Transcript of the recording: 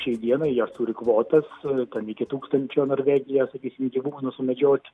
šiais dienai jie turi kvotas ten iki tūkstančio norvegija sakysim gyvūnų sumedžiot